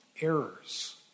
errors